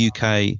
uk